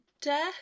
death